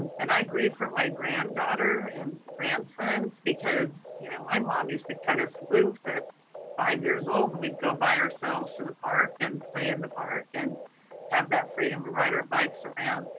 and i grieve for my granddaughter and grandsons because you know my mom used to cut us loose at five years old and we'd go by ourselves to the park and play in the park and have that freedom to ride our bikes around.